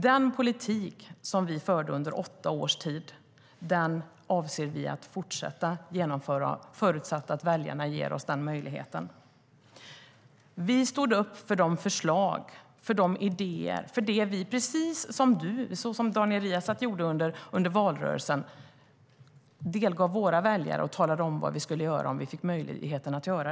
Den politik som vi förde under åtta års tid avser vi att fortsätta genomföra, förutsatt att väljarna ger oss den möjligheten. Vi står upp för våra förslag, för våra idéer, för det vi delgav våra väljare under valrörelsen. Precis som Daniel Riazat talade vi om vad vi skulle göra om vi fick möjlighet.